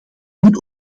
moet